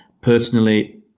Personally